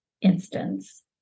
instance